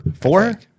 Four